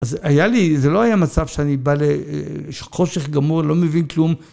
אז היה לי, זה לא היה מצב שאני בא לחושך גמור, לא מבין כלום,